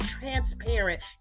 Transparent